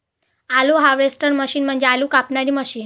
आलू harvester machine म्हणजे आलू कापणारी मशीन